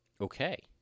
okay